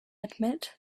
admit